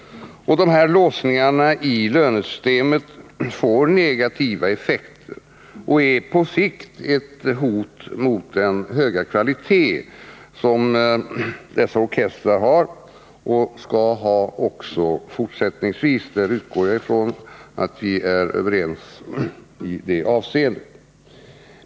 Dessa låsningar i lönesystemet får negativa effekter och är på sikt ett hot mot den höga kvalitet som dessa orkestrar har och som de också fortsättningsvis skall ha. Jag utgår ifrån att vi är överens på den punkten.